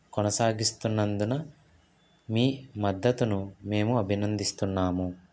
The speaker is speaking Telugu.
కొనసాగిస్తున్నందున మీ మద్దతును మేము అభినందిస్తున్నాము